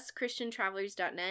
christiantravelers.net